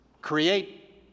create